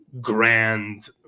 grand